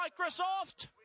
Microsoft